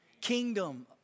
kingdom